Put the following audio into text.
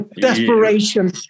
desperation